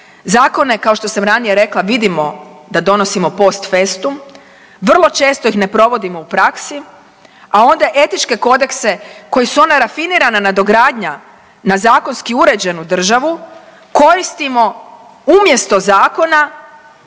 Zakone kao što sam ranije rekla vidimo da donosimo post festum, vrlo često ih ne provodimo u praksi, a onda etičke kodekse koji su ona rafinirana nadogradnja na zakonski uređenu državu koristimo umjesto zakona